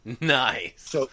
Nice